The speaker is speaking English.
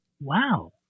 wow